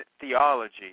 theology